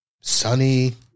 sunny